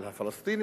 על הפלסטינים,